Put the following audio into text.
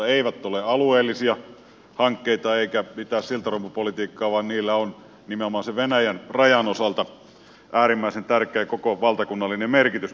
ne eivät ole alueellisia hankkeita eivätkä mitään siltarumpupolitiikkaa vaan niillä on nimenomaan venäjän rajan osalta äärimmäisen tärkeä valtakunnallinen merkitys